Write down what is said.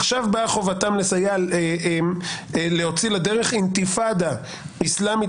עכשיו באה חובתם להוציא לדרך אינתיפאדה אסלאמית